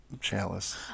Chalice